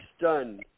done